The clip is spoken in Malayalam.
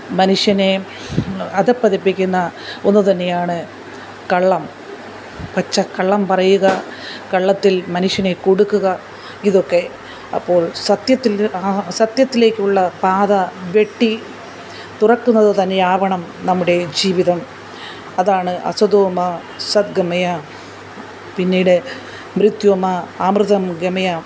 മനുഷ്യനെ അധപതിപ്പിക്കുന്ന ഒന്ന് തന്നെയാണ് കള്ളം പച്ചക്കള്ളം പറയുക കള്ളത്തില് മനുഷ്യനെ കുടുക്കുക ഇതൊക്കെ അപ്പോള് സത്യത്തില് നിന്ന് സത്യത്തിലേക്കുള്ള പാത വെട്ടി തുറക്കുന്നത് തന്നെയാവണം നമ്മുടെ ജീവിതം അതാണ് അസതോമാ സദ്ഗമയ പിന്നീട് മൃത്യോർമാ അമൃതം ഗമയ